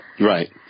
Right